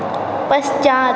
पश्चात्